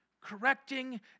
correcting